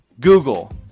Google